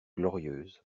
glorieuse